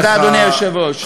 תודה, אדוני היושב-ראש.